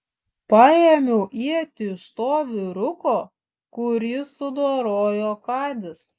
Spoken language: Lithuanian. paėmiau ietį iš to vyruko kurį sudorojo kadis